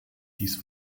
dies